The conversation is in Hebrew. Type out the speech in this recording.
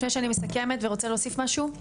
לפני שאני מסכמת ורוצה להוסיף משהו?